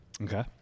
Okay